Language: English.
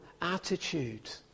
attitude